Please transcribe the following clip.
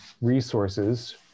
resources